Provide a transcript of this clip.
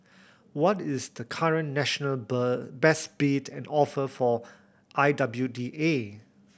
what is the current national best bid and offer for I W D A